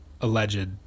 alleged